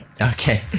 Okay